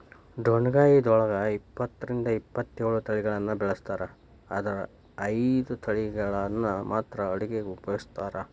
ಡೊಣ್ಣಗಾಯಿದೊಳಗ ಇಪ್ಪತ್ತರಿಂದ ಇಪ್ಪತ್ತೇಳು ತಳಿಗಳನ್ನ ಬೆಳಿಸ್ತಾರ ಆದರ ಐದು ತಳಿಗಳನ್ನ ಮಾತ್ರ ಅಡುಗಿಗ ಉಪಯೋಗಿಸ್ತ್ರಾರ